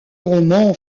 roman